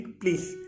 please